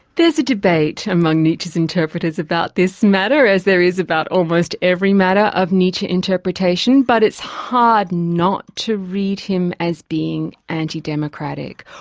there's a debate among nietzsche's interpreters about this matter, as there is about almost every matter of nietzsche interpretation, but it's hard not to read him as being anti-democratic.